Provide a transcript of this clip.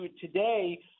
today